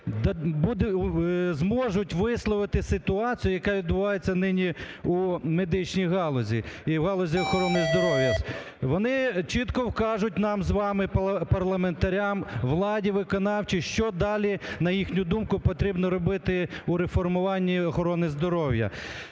зможуть висловити ситуацію, яка відбувається нині у медичній галузі і в галузі охорони здоров'я. Вони чітко вкажуть нам з вами, парламентарям, владі виконавчій, що далі, на їхню думку, потрібно робити у реформуванні охорони здоров'я,